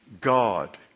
God